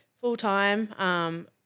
full-time